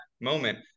moment